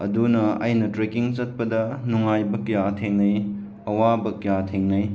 ꯑꯗꯨꯅ ꯑꯩꯅ ꯇ꯭ꯔꯦꯛꯀꯤꯡ ꯆꯠꯄꯗ ꯅꯨꯡꯉꯥꯏꯕ ꯀꯌꯥ ꯊꯦꯡꯅꯩ ꯑꯋꯥꯕ ꯀꯌꯥ ꯊꯦꯡꯅꯩ